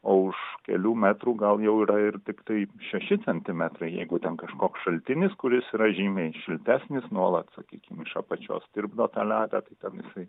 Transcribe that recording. o už kelių metrų gal jau yra ir tiktai šeši centimetrai jeigu ten kažkoks šaltinis kuris yra žymiai šiltesnis nuolat sakykim iš apačios tirpdo tą ledą tai ten jisai